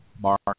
Mark